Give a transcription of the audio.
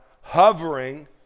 hovering